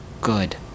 good